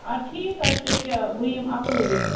اَد ٹھیٖک حظ چھُ ایٚکیٛاہ بہٕ یِم اَپٲری